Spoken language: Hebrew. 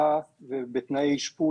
רגע, יערה.